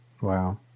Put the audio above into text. Wow